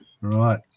right